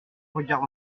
regarde